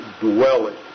dwelling